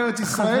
ארץ ישראל,